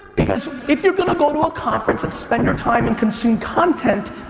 because if you're gonna go to a conference and spend your time and consume content,